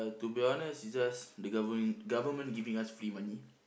to be honest just the government government giving us free money